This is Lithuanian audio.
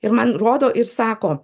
ir man rodo ir sako